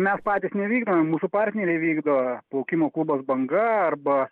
mes patys nevykdome mūsų partneriai vykdo plaukimo klubas banga arba